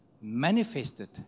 manifested